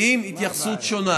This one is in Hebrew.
עם התייחסות שונה.